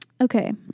okay